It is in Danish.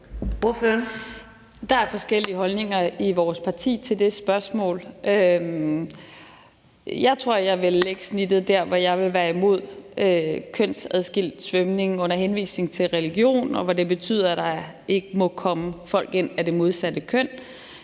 Der er forskellige holdninger i vores parti til det spørgsmål. Jeg tror, jeg vil lægge snittet der, hvor jeg vil være imod kønsadskilt svømning under henvisning til religion, og hvor det betyder, at der ikke må komme folk af det modsatte køn